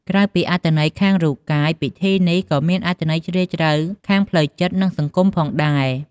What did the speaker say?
ក្រៅពីអត្ថន័យខាងរូបកាយ ពិធីនេះក៏មានអត្ថន័យជ្រាលជ្រៅខាងផ្លូវចិត្ត និងសង្គមផងដែរ។